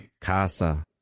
Casa